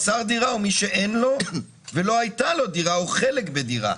חסר דירה הוא מי שאין לו ולא הייתה לו דירה או חלק בדירה.